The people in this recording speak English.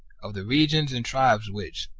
of the regions and tribes which,